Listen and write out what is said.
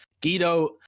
Guido